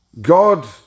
God